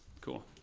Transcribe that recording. Cool